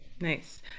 nice